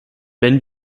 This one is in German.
wenn